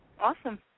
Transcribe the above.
Awesome